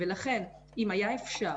לכן אם היה אפשר